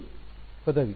ಮೊದಲ ಪದವಿ